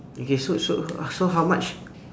okay so so so how much